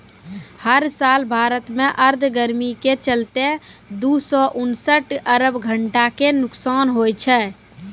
हर साल भारत मॅ आर्द्र गर्मी के चलतॅ दू सौ उनसठ अरब घंटा के नुकसान होय छै